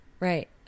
Right